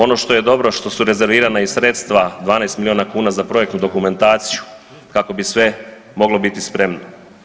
Ono što je dobro što su rezervirana i sredstva, 12 milijuna kuna za projektnu dokumentaciju, kako bi sve moglo biti spremno.